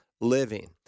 living